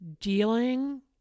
dealing